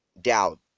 doubt